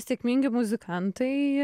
sėkmingi muzikantai